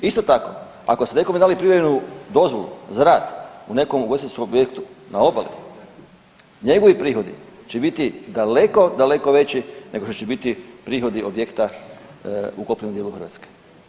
Isto tako, ako ste nekome dali privremenu dozvolu za rad, u nekom ugostiteljskom objektu na obali, njegovi prihodi će biti daleko, daleko veći nego što će biti prihodi objekta u kopnenom dijelu Hrvatske.